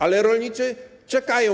Ale rolnicy czekają.